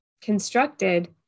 constructed